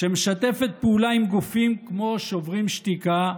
שמשתפת פעולה עם גופים כמו שוברים שתיקה,